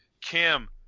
Kim